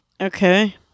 Okay